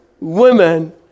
women